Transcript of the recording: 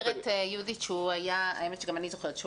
אומרת יהודית האמת שגם אני זוכרת שהוא